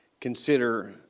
consider